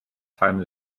time